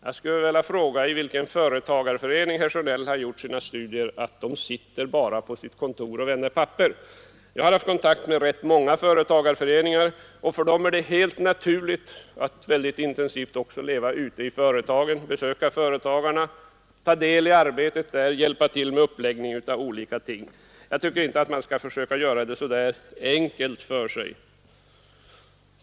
Jag skulle vilja fråga, i vilken företagarförening herr Sjönell har bedrivit sina studier och funnit att man bara sitter på kontoret och vänder papper. Jag har haft kontakt med rätt många företagarföreningar, och för dem är det helt naturligt att synnerligen intensivt leva också ute i företagen, besöka företagarna, ta del i arbetet där och hjälpa till med uppläggningen av olika ting. Jag tycker inte att man bör göra det så där enkelt för sig.